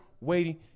waiting